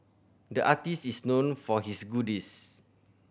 the artist is known for his